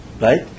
right